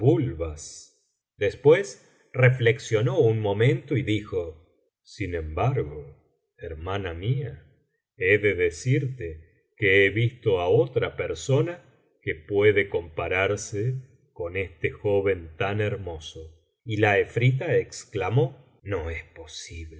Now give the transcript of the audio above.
después reflexionó un momento y dijo sin embargo hermana mía he de decirte que he visto á otra persona que puede compararse con este joven tan hermoso y la efrita exclamó no es posible